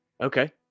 Okay